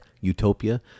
utopia